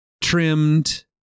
trimmed